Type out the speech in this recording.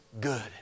good